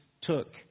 took